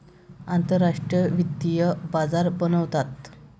आंतरराष्ट्रीय वित्तीय बाजार बनवतात